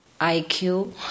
IQ